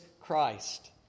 Christ